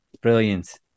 Brilliant